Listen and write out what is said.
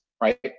right